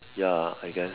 ya I guess